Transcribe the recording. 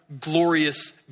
glorious